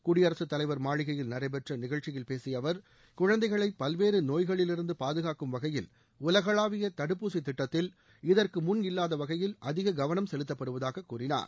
குடியரசுத் தலைவர் மாளிகையில் நடைபெற்ற நிகழ்ச்சியில் பேசிய அவர் குழந்தைகளை பல்வேறு நோய்களிலிருந்து பாதுகாக்கும் வகையில் உலகளாவிய தடுப்பூசித் திட்டத்தில் இதற்கு முன் இல்வாத வகையில் அதிக கவனம் செலுத்தப்படுவதாகக் கூறினார்